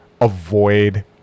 avoid